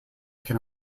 can